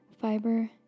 Fiber